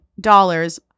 dollars